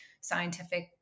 scientific